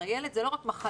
הרי ילד זה לא רק מחלה.